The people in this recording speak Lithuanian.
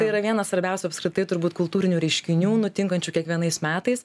tai yra vienas svarbiausių apskritai turbūt kultūrinių reiškinių nutinkančių kiekvienais metais